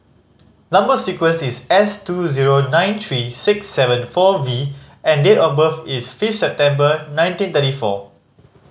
number sequence is S two zero nine three six seven four V and date of birth is fifth September nineteen thirty four